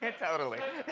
and totally.